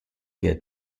get